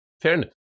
fairness